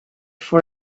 for